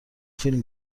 فیلم